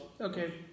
Okay